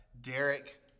Derek